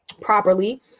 properly